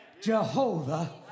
Jehovah